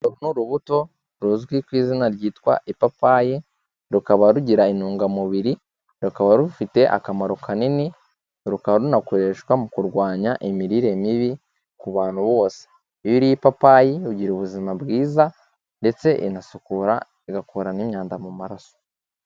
Uru ni rubuto ruzwi ku izina ryitwa ipapayi, rukaba rugira intungamubiri, rukaba rufite akamaro kanini, rukaba runakoreshwa mu kurwanya imirire mibi ku bantu bose, iyo uriye ipapayi ugira ubuzima bwiza ndetse iranasukura, igakuramo n'imyanda mu maraso.